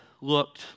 looked